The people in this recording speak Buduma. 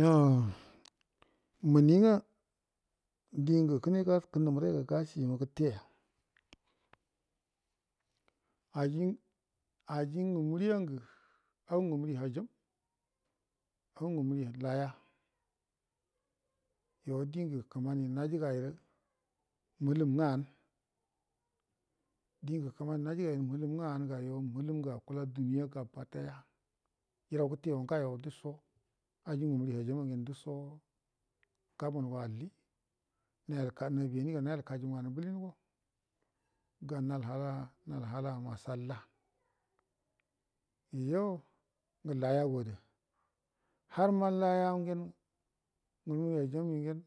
Yoh məni ngə digə kəne ga kənə madaiga gasima gəteya aji ngə muriya ngə aw ngə məri haiyam ali ngəməari laya yo dingə kəma ni najigairə məlum ngə an dingə kəmani najigairə məlum ngə an gaya məlum ngə akula duniya gabadaya erau gətego ng duso aji ngə məri hayam ngəge ng duso gabuan go alli nabiniga nayal kaji ngə nə bəlingo ganalhala masallah yo layago ada harma layangen ngə məmri haiyam yungen